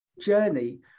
journey